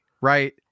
right